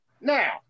Now